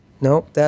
Nope